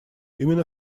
именно